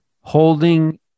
holding